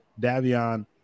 Davion